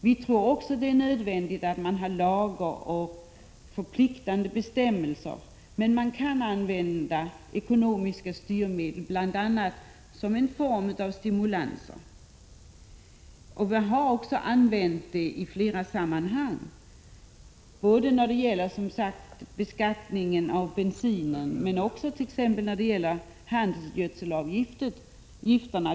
Vi tror att det är nödvändigt att man har lagar och förpliktande bestämmelser, men man kan också använda ekonomiska styrmedel, bl.a. en form av stimulanser. Det har vi också gjort i flera sammanhang — när det gäller beskattningen av bensin men också när det gäller t.ex. handelsgödselavgifterna.